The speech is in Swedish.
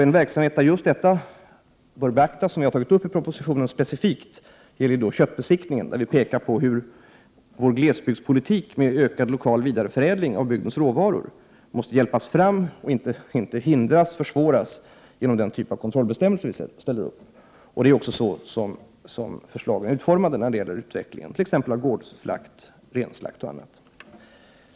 En verksamhet där just detta bör beaktas, vilket nämns specifikt i propositionen, är köttbesiktningen. Vi pekar på hur vår glesbygdspolitik som innebär ökad lokal vidareförädling av bygdens råvaror måste hjälpas fram och inte försvåras genom den typ av kontrollbestämmelser som gäller. Det är så förslagen är utformade när det gäller utvecklingen t.ex. av gårdsslakt, renslakt, osv.